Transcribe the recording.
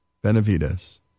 Benavides